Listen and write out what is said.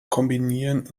kombinieren